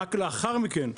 ורק לאחר מכן,